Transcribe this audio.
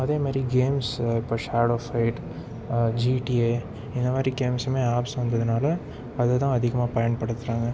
அதே மாதிரி கேம்ஸ்ஸு இப்போ ஷாடோ ஃபைட் ஜீடிஏ இந்த மாதிரி கேம்ஸ்ஸுமே ஆப்ஸ் வந்ததுனால் அதுதான் அதிகமாக பயன்படுத்துகிறாங்க